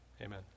Amen